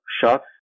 shots